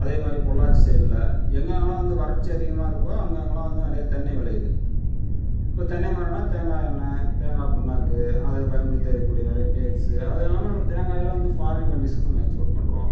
அதேமாதிரி பொள்ளாச்சி சைடில் எங்கங்கலாம் வந்து வறட்சி அதிகமாக இருக்கோ அங்கங்கலாம் வந்து நிறையா தென்னை விளையிது இப்போது தென்னை மரம்னா தேங்காய் எண்ணெய் தேங்காய் புண்ணாக்கு அதை பயன்படுத்தி அதை செய்யகூடிய நிறைய கேக்ஸு அது எல்லாம் தேங்காயில் வந்து ஃபாரின் கன்ட்டிரிஸுக்கு வந்து நம்ம எக்ஸ்போர்ட் பண்ணுறோம்